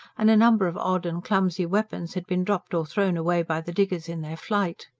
and a number of odd and clumsy weapons had been dropped or thrown away by the diggers in their flight.